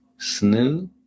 snoo